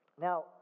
Now